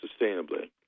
sustainably